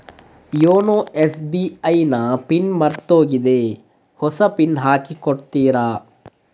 YONO SBI ನ PIN ಮರ್ತೋಗಿದೆ ಹೊಸ ಪಿನ್ ಹಾಕಿ ಕೊಡ್ತೀರಾ?